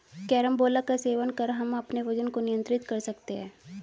carambola का सेवन कर हम अपने वजन को नियंत्रित कर सकते हैं